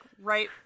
right